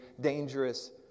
dangerous